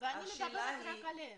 אני מדברת רק עליהם.